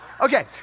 Okay